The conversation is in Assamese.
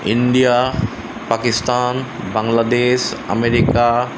India Pakistan Bangladesh America